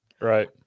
Right